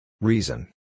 Reason